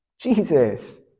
Jesus